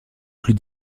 plus